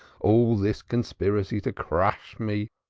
all this conspiracy to crush me,